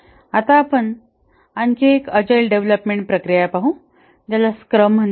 आता आपण आणखी एक अजाईल डेव्हलपमेंट प्रक्रिया पाहू ज्याला स्क्रम म्हणतात